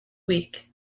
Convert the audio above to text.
weak